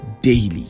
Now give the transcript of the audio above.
daily